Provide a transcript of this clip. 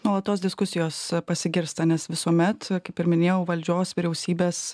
nuolatos diskusijos pasigirsta nes visuomet kaip ir minėjau valdžios vyriausybės